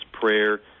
prayer